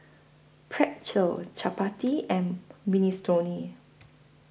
Pretzel Chapati and Minestrone